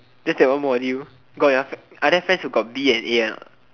that's like one module got your other science you got B and A or not